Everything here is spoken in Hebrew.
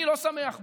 אני לא שמח בה,